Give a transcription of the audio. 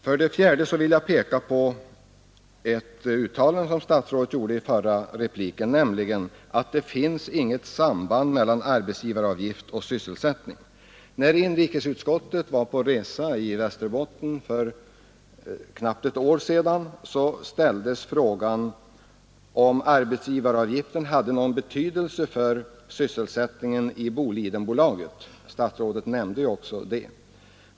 För det fjärde vill jag peka på ett uttalande som statsrådet gjorde i sin förra replik, nämligen att det inte finns något samband mellan arbetsgivaravgift och sysselsättning. När inrikesutskottet var på resa i Västerbotten för knappt ett år sedan, ställdes frågan till Bolidenbolaget om arbetsgivaravgiften hade någon betydelse för sysselsättningen. Statsrådet nämnde just detta företag.